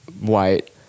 white